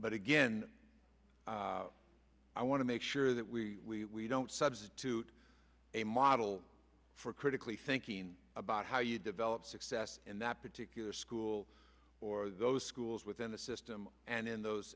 but again i want to make sure that we don't substitute a model for critically thinking about how you develop success in that particular school or those schools within the system and in those